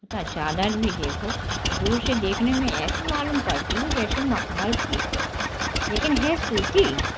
चादर भी देखो दूर से देखने में ऐसी मालूम पड़ती है जैसे मखमल की हो लेकिन है सूती